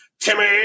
Timmy